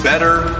Better